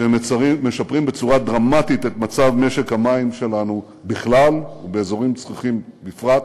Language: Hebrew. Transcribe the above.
שמשפרים בצורה דרמטית את מצב משק המים שלנו בכלל ובאזורים צחיחים בפרט.